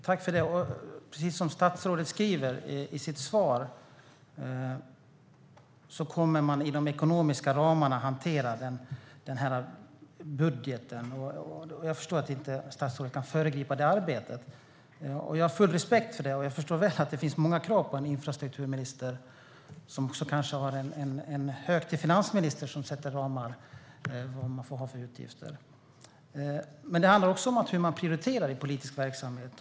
Herr talman! Precis som statsrådet säger i sitt svar kommer man att hantera budgeten inom de ekonomiska ramarna. Jag förstår att statsrådet inte kan föregripa det arbetet, och jag har full respekt för det. Jag förstår också att det finns många krav på en infrastrukturminister som också kanske har en hök till finansminister som sätter ramar för utgifterna. Men det handlar också om hur man prioriterar i politisk verksamhet.